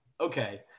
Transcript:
Okay